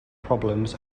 problems